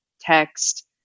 text